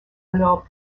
alors